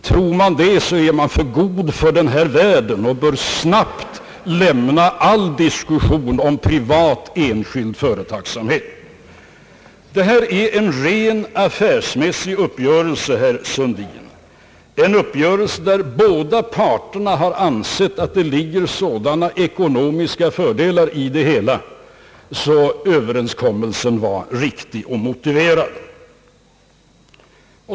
Tror man det är man för god för denna världen och bör snabbt lämna all diskussion om privat och enskild företagsamhet. Detta är en rent affärsmässig uppgörelse, herr Sundin, en uppgörelse där båda parter anser att det ligger sådana ekonomiska fördelar i det hela, att överenskommelsen var motiverad.